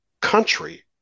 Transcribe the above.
country